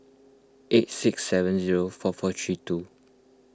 eight six seven zero four four three two